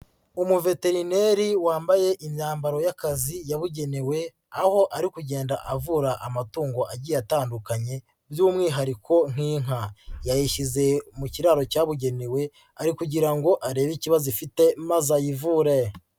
Umuveterineri wambaye imyambaro y'akazi yabugenewe, aho ari kugenda avura amatungo agiye atandukanye by'umwihariko nk'inka, yayishyize mu kiraro cyabugenewe ari kugira ngo arebe ikibazo ifite maze ayivure.